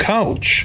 Couch